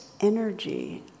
energy